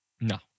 No